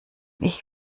ich